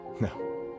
No